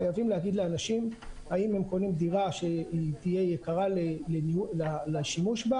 חייבים להגיד לאנשים האם הם קונים דירה שתהיה יקרה לשימוש בה